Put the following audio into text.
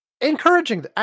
encouraging